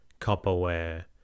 Copperware